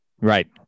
right